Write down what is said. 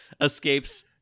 escapes